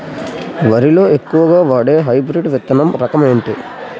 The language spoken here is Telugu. వరి లో ఎక్కువుగా వాడే హైబ్రిడ్ విత్తన రకం ఏంటి?